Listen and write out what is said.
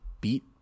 beat